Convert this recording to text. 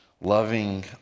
Loving